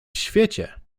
świecie